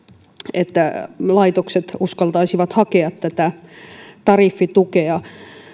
että laitokset uskaltaisivat hakea tätä tariffitukea